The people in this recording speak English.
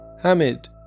Hamid